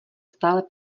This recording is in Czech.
stále